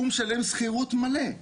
הוא משלם שכירות מלאה.